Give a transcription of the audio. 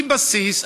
היא בסיס,